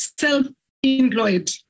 self-employed